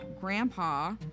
grandpa